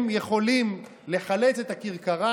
הם יכולים לחלץ את הכרכרה,